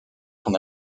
son